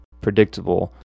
predictable